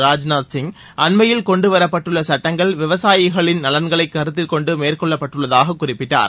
ராஜ்நாத் சிங் அண்மையில் கொண்டுவரப்பட்டுள்ள சட்டங்கள் விவசாயிகளின் கொண்டு மேற்கொள்ளப்பட்டுள்ளதாக குறிப்பிட்டார்